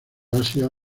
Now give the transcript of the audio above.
asia